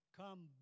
come